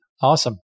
awesome